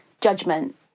Judgment